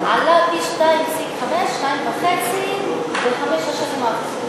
ואחוז המתלוננות הערביות עלה פי-2.5 בחמש השנים האחרונות.